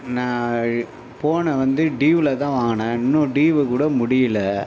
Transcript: நான் போனு வந்து டியூவில் தான் வாங்கினேன் இன்னும் டியூவு கூட முடியல